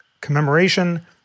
commemoration